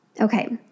Okay